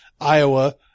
Iowa